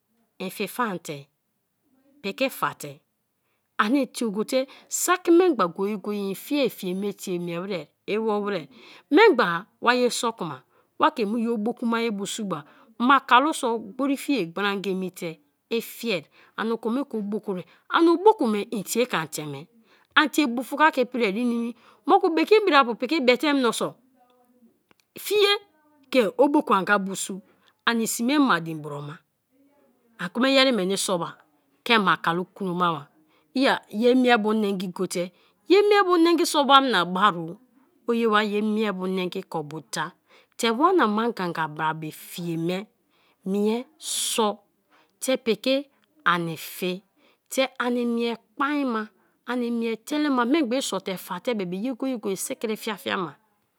En fi faan te piki faa te ani tie go te saki memgba go- go-ye in fie fie me tie mie were iwo weri. Memgba wa ye soor kuma wa ke mu ye bokumaye bo su ba; mai kalu so gberi fie gbrigang be mete ifie ani oko me ke oboku wer ani oboku me itie kan teme, an tie bufka ke ipri inimi; mo ku bekin briapa piki be the mioso fie ke oboku anga bo su ani me mai din bro ma an kuma iyeri meki so ba ke mai kalu knomaba yea iye mie bunengi go te; ye mie bunengi so wama baro; oye wa ye mie bunengi ke obu da te wana ana ganga bra be fime mie sor te piki ani fi te ani mie kpain ma, ani mie telema; memgba isor te fia te bebe ye go- go-e sikri fia fia ma.